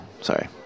Sorry